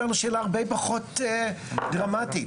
הרבה פחות דרמטית.